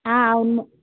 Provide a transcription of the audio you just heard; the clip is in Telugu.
అవును